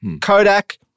Kodak